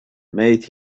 made